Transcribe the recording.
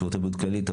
שירותי בריאות כללית,